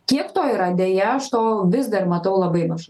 kiek to yra deja aš to vis dar matau labai mažai